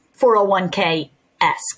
401k-esque